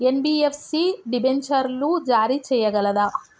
NBFC డిబెంచర్లు జారీ చేయగలదా?